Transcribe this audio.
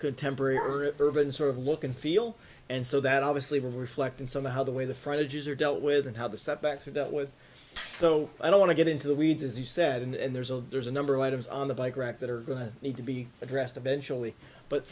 contemporary or urban sort of look and feel and so that obviously reflect and somehow the way the frontage is are dealt with and how the setback to that with so i don't want to get into the weeds as you said and there's a there's a number of items on the bike rack that are going to need to be addressed eventually but